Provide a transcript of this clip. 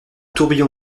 tourbillon